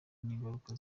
n’ingaruka